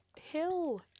hill